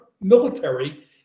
military